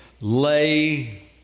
lay